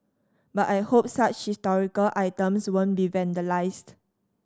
but I hope such historical items won't be vandalised